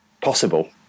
possible